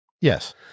Yes